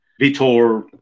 Vitor